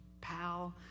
pal